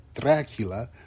Dracula